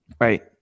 Right